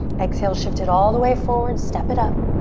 exhale, shift it all the way forward, step it up.